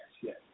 yes